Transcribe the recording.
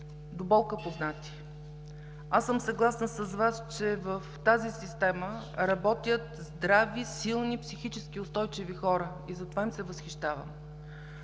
до болка познати. Аз съм съгласна с Вас, че в тази система работят здрави, силни и психически устойчиви хора и затова им се възхищавам.